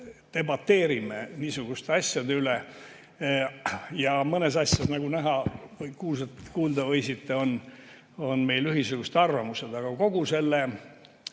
debateerime niisuguste asjade üle. Ja mõnes asjas, nagu näha või kuulda võisite, on meil ühesugused arvamused. Aga kogu selle